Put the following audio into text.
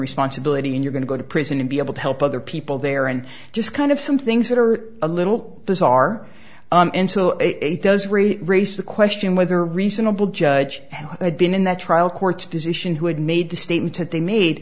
responsibility when you're going to go to prison and be able to help other people there and just kind of some things that are a little bizarre does re raise the question whether reasonable judge had been in that trial court position who had made the statement that they made